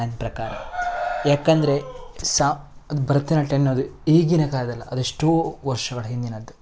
ನನ್ನ ಪ್ರಕಾರ ಏಕಂದ್ರೆ ಸಾ ಅದು ಭರತನಾಟ್ಯ ಅನ್ನೋದು ಈಗಿನ ಕಾಲದ್ದಲ್ಲ ಅದೆಷ್ಟೋ ವರ್ಷಗಳ ಹಿಂದಿನದ್ದು